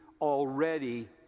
already